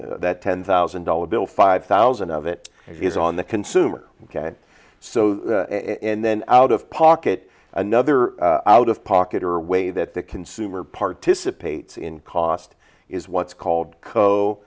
that ten thousand dollar bill five thousand of it is on the consumer so and then out of pocket another out of pocket or way that the consumer participates in cost is what's called co